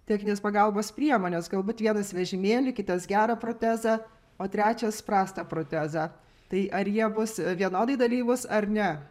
techninės pagalbos priemones galbūt vienas vežimėlį kitas gerą protezą o trečias prastą protezą tai ar jie bus vienodai dalyvūs ar ne